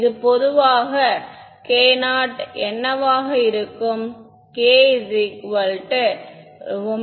இது பொதுவாக k0 என்னவாக இருக்கும் k𝛚